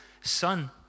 son